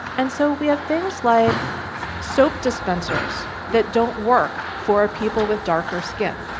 and so we have things like soap dispensers that don't work for people with darker skin.